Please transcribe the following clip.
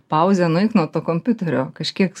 pauzę nueik nuo to kompiuterio kažkiek